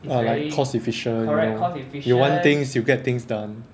oh like cost efficient you know you want things you get things done